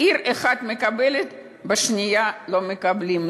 ועיר אחת מקבלת ובשנייה לא מקבלים,